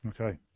Okay